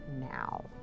now